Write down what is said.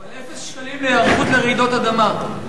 אבל אפס שקלים להיערכות לרעידות אדמה.